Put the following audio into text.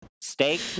steak